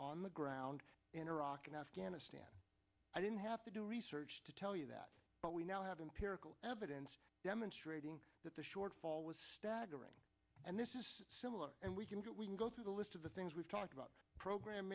on the ground in iraq and afghanistan i didn't have to do research to tell you that but we now have empirical evidence demonstrating that the shortfall was staggering and this is similar and we can get we can go through the list of the things we've talked about program